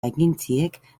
agentziek